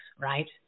right